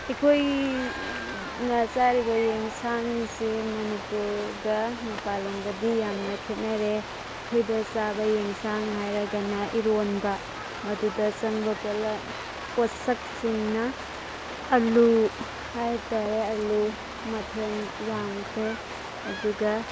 ꯑꯩꯈꯣꯏꯅ ꯆꯥꯔꯤꯕ ꯌꯦꯟꯁꯥꯡꯁꯦ ꯃꯅꯤꯄꯨꯔꯒ ꯃꯄꯥꯜꯂꯣꯝꯒꯗꯤ ꯌꯥꯝꯅ ꯈꯦꯠꯅꯔꯦ ꯑꯩꯈꯣꯏꯗ ꯆꯥꯕ ꯌꯦꯟꯁꯥꯡ ꯍꯥꯏꯔꯒꯅ ꯏꯔꯣꯟꯕ ꯃꯗꯨꯗ ꯆꯪꯕ ꯄꯣꯠꯂꯝ ꯄꯣꯠꯁꯛꯁꯤꯡꯅ ꯑꯂꯨ ꯍꯥꯏꯇꯥꯔꯦ ꯑꯂꯨ ꯃꯊꯦꯟ ꯌꯥꯝꯈ꯭ꯔꯦ ꯑꯗꯨꯒ